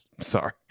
sorry